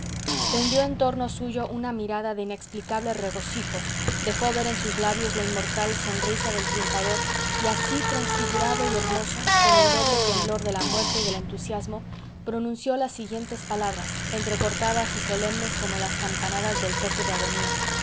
tendió en torno suyo una mirada de inexplicable regocijo dejó ver en sus labios la inmortal sonrisa del triunfador y así transfigurado y hermoso con el doble temblor de la muerte y del entusiasmo pronunció las siguientes palabras entrecortadas y solemnes como las campanadas del toque de agonía